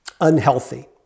unhealthy